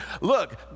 look